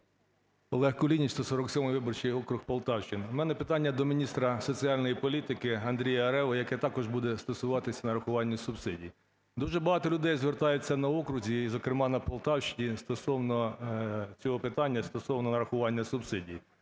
Олег Кулініч, 147 виборчий округ, Полтавщина. У мене питання до міністра соціальної політики Андрія Реви, яке також буде стосуватись нарахування субсидій. Дуже багато людей звертаються на окрузі, і, зокрема, на Полтавщині стосовно цього питання – стосовно нарахування субсидій.